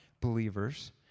believers